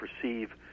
perceive